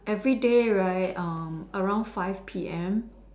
everyday right um around five P_M